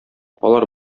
алар